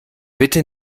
bitte